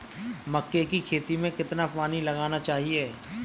मक्के की खेती में कितना पानी लगाना चाहिए?